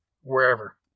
Wherever